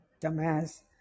dumbass